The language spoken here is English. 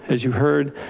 as you heard,